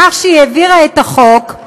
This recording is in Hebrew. בכך שהיא העבירה את החוק,